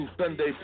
Sunday